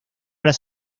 las